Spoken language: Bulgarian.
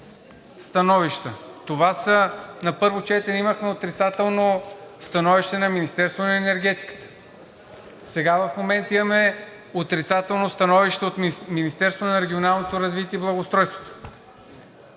становища, това са: на първо четене имахме отрицателно становище на Министерството на енергетиката, а в момента имаме отрицателно становище от Министерството на регионалното развитие и благоустройството.